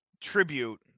tribute